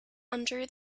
under